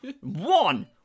One